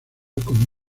con